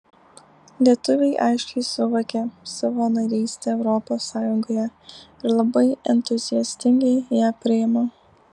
lietuviai aiškiai suvokė savo narystę europos sąjungoje ir labai entuziastingai ją priima